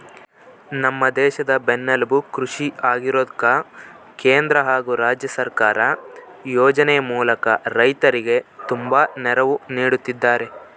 ನಮ್ಮ ದೇಶದ ಬೆನ್ನೆಲುಬು ಕೃಷಿ ಆಗಿರೋದ್ಕ ಕೇಂದ್ರ ಹಾಗು ರಾಜ್ಯ ಸರ್ಕಾರ ಯೋಜನೆ ಮೂಲಕ ರೈತರಿಗೆ ತುಂಬಾ ನೆರವು ನೀಡುತ್ತಿದ್ದಾರೆ